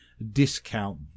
discount